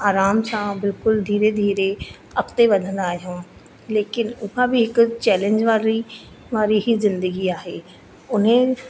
ऐ धीरे धीरे अॻिते वधंदा आहियूं लेकिन उहा बि हिकु चैलेंज वारी ई ज़िंदगी आहे